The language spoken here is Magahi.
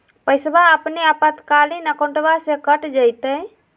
पैस्वा अपने आपातकालीन अकाउंटबा से कट जयते?